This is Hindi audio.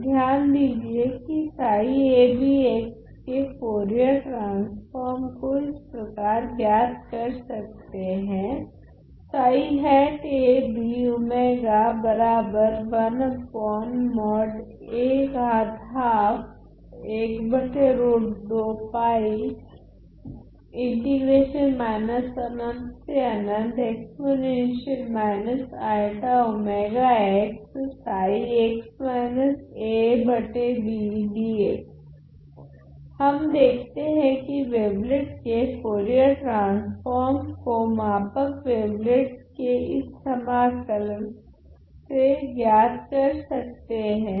तो ध्यान दीजिए की के फुरियर ट्रान्स्फ़ोर्म को इस प्रकार ज्ञात कर सकते हैं हम देखते है कि वेवलेट के फुरियर ट्रान्स्फ़ोर्म को मापक वेवलेट के इस समाकल से ज्ञात कर सकते हैं